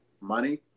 money